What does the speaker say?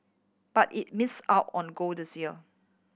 but it miss out on gold this year